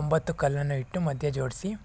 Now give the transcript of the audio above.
ಒಂಬತ್ತು ಕಲ್ಲನ್ನು ಇಟ್ಟು ಮಧ್ಯ ಜೋಡಿಸಿ